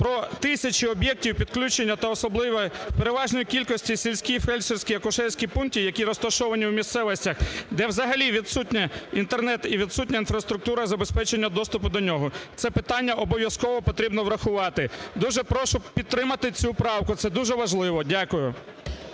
про тисячу об'єктів підключення та особливо в переважній кількості сільські фельдшерські акушерські пункти, які розташовані у місцевостях, де взагалі відсутній Інтернет і відсутня інфраструктура забезпечення доступу до нього, це питання обов'язково потрібно врахувати. Дуже прошу підтримати цю правку. Це дуже важливо. Дякую.